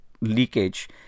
leakage